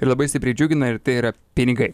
ir labai stipriai džiugina ir tai yra pinigai